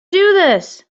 this